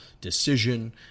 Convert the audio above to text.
decision